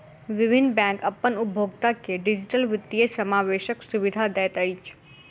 विभिन्न बैंक अपन उपभोगता के डिजिटल वित्तीय समावेशक सुविधा दैत अछि